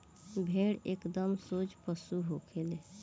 भेड़ एकदम सोझ पशु होखे ले